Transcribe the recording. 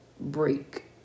break